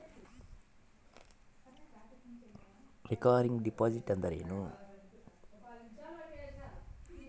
Recurring deposit ಅಂದರೇನು?